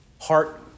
heart